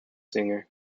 singer